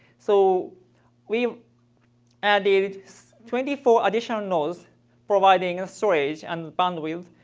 so we added twenty four additional nodes providing a storage and bandwidth.